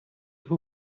who